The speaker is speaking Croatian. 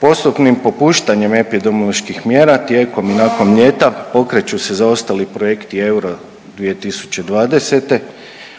Postupnim popuštanjem epidemioloških mjera tijekom i nakon ljeta pokreću se zaostali projekti Euro 2020.,